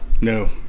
No